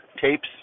tapes